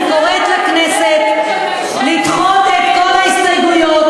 אני קוראת לכנסת לדחות את כל ההסתייגויות